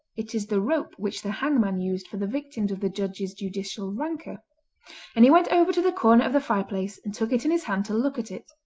it is the rope which the hangman used for the victims of the judge's judicial rancour and he went over to the corner of the fireplace and took it in his hand to look at it.